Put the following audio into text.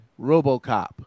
Robocop